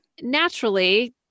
naturally